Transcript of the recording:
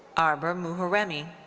arber muharemi.